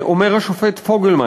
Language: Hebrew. אומר השופט פוגלמן,